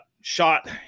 shot